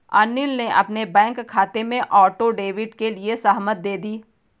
अनिल ने अपने बैंक खाते में ऑटो डेबिट के लिए सहमति दे दी